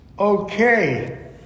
Okay